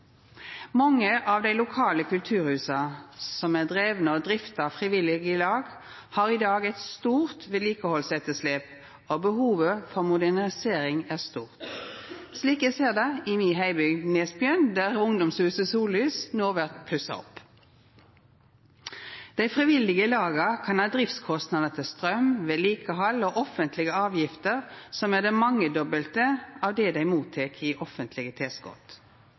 Mange av dei lokale kulturhusa som er drivne og drifta av frivillige i lag, har i dag eit stort vedlikehaldsetterslep, og behovet for modernisering er stort, slik eg ser det i mi heimbygd, Nesbyen, der ungdomshuset Sollys no blir pussa opp. Dei frivillige laga kan ha driftskostnader til straum, vedlikehald og offentlege avgifter som er det mangedobbelte av det dei mottek i offentlege